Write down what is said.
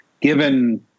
given